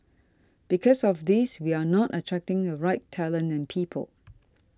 because of this we are not attracting the right talent and people